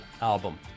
album